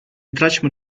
traćmy